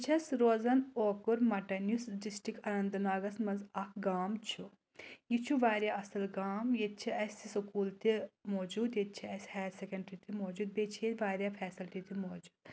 بہٕ چھَس روزن اوکُر مٹن یُس ڈِسٹرک اننت ناگَس منٛز اَکھ گام چھُ یہِ چھُ واریاہ اَصٕل گام ییٚتہِ چھِ اَسہِ سکوٗل تہِ موٗجوٗد ییٚتہِ چھِ اَسہِ ہایر سیکنڈری تہِ موجوٗد بیٚیہِ چھِ ییٚتہِ واریاہ فیسَلٹی تہِ موجوٗد